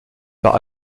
par